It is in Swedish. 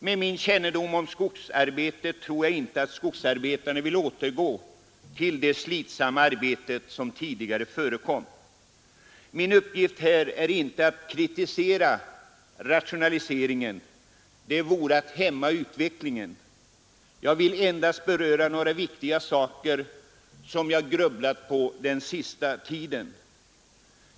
Med min kännedom om skogsarbete tror jag inte att skogsarbetarna vill återgå till det slitsamma arbete som tidigare förekom. Min uppgift här är inte att kritisera rationaliseringen. Det vore att hämma utvecklingen. Jag vill endast beröra några viktiga saker, som jag grubblat på den sista tiden.